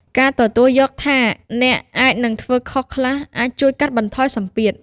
ការទទួលយកថាអ្នកអាចនឹងធ្វើខុសខ្លះ អាចជួយកាត់បន្ថយសម្ពាធ។